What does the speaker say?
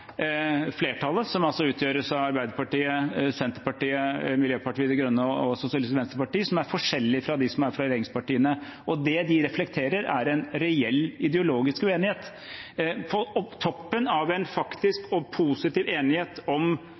flertallet, som utgjøres av Arbeiderpartiet, Senterpartiet, Miljøpartiet De Grønne og Sosialistisk Venstreparti, som er forskjellige fra dem som er fra regjeringspartiene. Det de reflekterer, er en reell ideologisk uenighet – på toppen av en faktisk og positiv enighet om